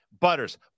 Butters